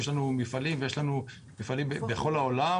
יש לנו מפעלים בכל העולם,